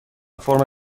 فرم